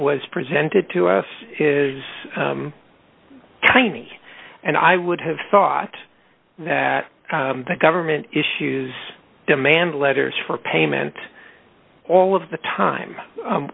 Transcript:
was presented to us is tiny and i would have thought that the government issues demand letters for payment all of the time